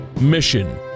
Mission